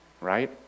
Right